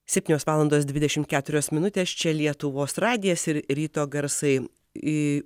septynios valandos dvidešimt keturios minutės čia lietuvos radijas ir ryto garsai į